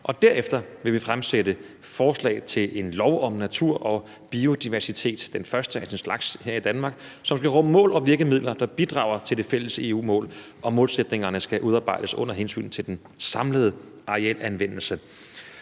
Derefter vil vi fremsætte forslag til en lov om natur og biodiversitet, den første af sin slags her i Danmark, som vil rumme mål og virkemidler, der bidrager til det fælles EU-mål, og målsætningerne skal udarbejdes under hensyn til den samlede arealanvendelse.